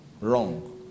wrong